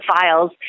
files